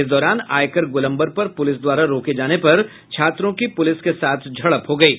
इस दौरान आयकर गोलम्बर पर पुलिस द्वारा रोके जाने पर छात्रों की पुलिस के साथ झड़प हो गयी